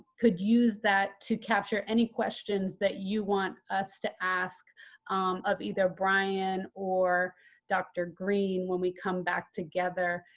could use that to capture any questions that you want us to ask of either brian or dr. green when we come back together,